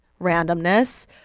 randomness